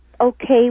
okay